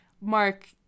Mark